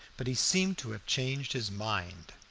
but he seemed to have changed his mind.